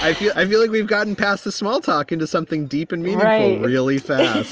i feel like we've gotten past the small talk into something deep in me. right. really. that